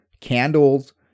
candles